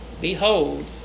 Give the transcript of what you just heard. Behold